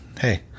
Hey